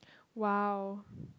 !wow!